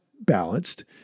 balanced